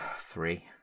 three